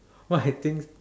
what had things